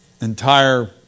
entire